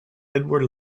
edward